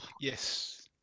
Yes